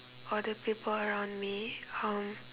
or the people around me uh